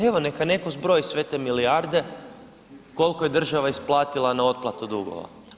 Evo, neka netko zbroji sve te milijarde koliko je država isplatila na otplatu dugova.